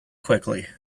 quickly